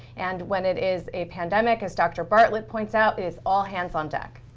and when it is a pandemic, as dr. bartlett points out, is all hands on deck.